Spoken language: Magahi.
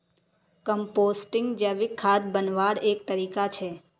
कम्पोस्टिंग जैविक खाद बन्वार एक तरीका छे